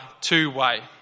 two-way